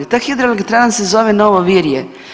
Ta hidroelektrana se zove Novo Virje.